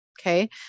Okay